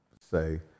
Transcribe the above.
say